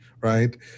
right